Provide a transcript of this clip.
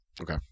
Okay